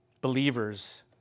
believers